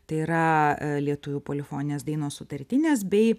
tai yra lietuvių polifoninės dainos sutartinės bei